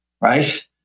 right